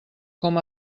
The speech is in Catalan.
com